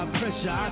pressure